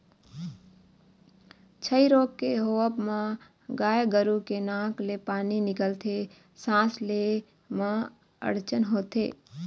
छई रोग के होवब म गाय गरु के नाक ले पानी निकलथे, सांस ले म अड़चन होथे